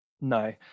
No